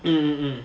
mm mm mm